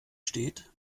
steht